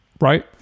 right